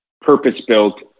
purpose-built